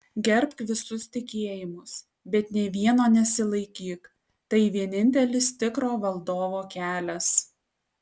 gerbk visus tikėjimus bet nė vieno nesilaikyk tai vienintelis tikro valdovo kelias